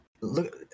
look